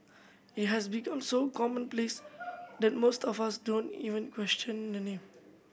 it has become so commonplace that most of us don't even question the name